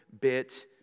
bit